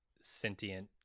sentient